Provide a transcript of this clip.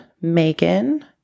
Megan